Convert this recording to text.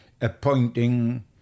appointing